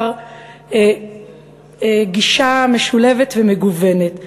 גישה משולבת ומגוונת.